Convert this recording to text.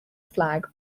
flag